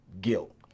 guilt